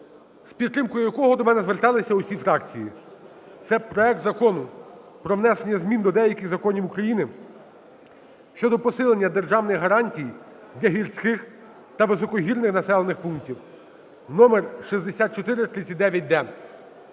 з підтримкою якого до мене зверталися всі фракції. Це проект Закону про внесення змін до деяких законів України щодо посилення державних гарантій для гірських та високогірних населених пунктів (№ 6439-д).